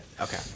Okay